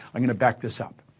i'm going to back this up.